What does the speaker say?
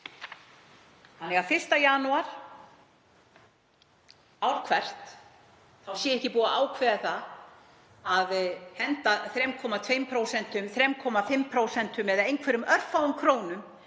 Þannig að 1. janúar ár hvert sé ekki búið að ákveða að henda 3,2%, 3,5%, eða einhverjum örfáum krónum